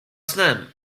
snem